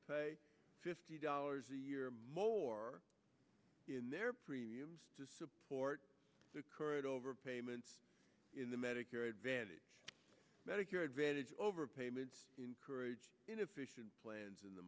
pay fifty dollars a year or more in their premiums to support the current over payments in the medicare advantage medicare advantage over payments encourage inefficient plans in the